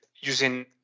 using